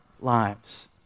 lives